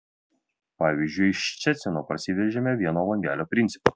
pavyzdžiui iš ščecino parsivežėme vieno langelio principą